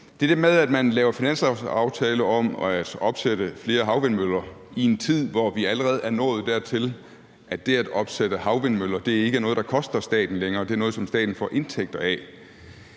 det med, at man laver finanslovsaftale om at opsætte flere havvindmøller i en tid, hvor vi allerede er nået dertil, at det at opsætte havvindmøller ikke længere er noget, der koster staten noget; det er noget, som staten får indtægter af.